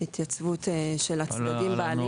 התייצבות של הצדדים בהליך.